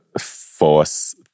force